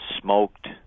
smoked